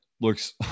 looks